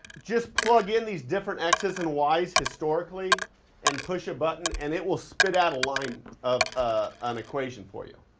just plug in these different x's and y's historically and push a button and it will spit out a line of an equation for you.